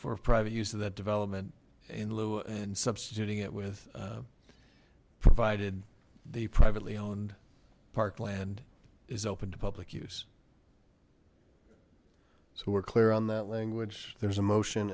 for private use of that development in lieu and substituting it with provided the privately owned parkland is open to public use so we're clear on that language there is a motion